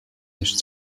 nicht